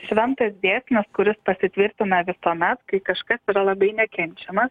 šventas dėsnis kuris pasitvirtina visuomet kai kažkas yra labai nekenčiamas